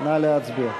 נא להצביע.